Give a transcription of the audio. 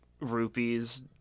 rupees